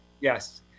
Yes